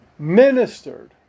ministered